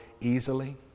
easily